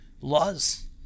laws